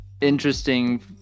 interesting